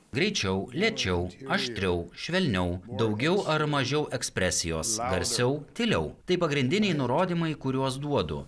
greičiau lėčiau aštriau švelniau daugiau ar mažiau ekspresijos garsiau tyliau tai pagrindiniai nurodymai kuriuos duodu